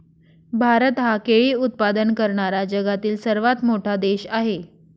भारत हा केळी उत्पादन करणारा जगातील सर्वात मोठा देश आहे